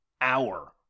hour